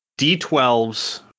D12s